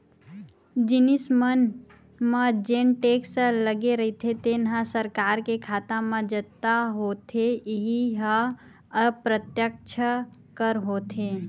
जिनिस मन म जेन टेक्स लगे रहिथे तेन ह सरकार के खाता म जता होथे इहीं ह अप्रत्यक्छ कर होथे